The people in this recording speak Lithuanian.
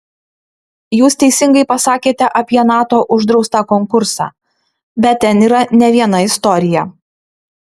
jūs teisingai pasakėte apie nato uždraustą konkursą bet ten yra ne viena istorija